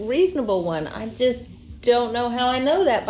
reasonable one i just don't know how i know that